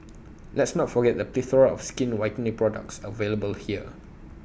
let's not forget the plethora of skin whitening products available here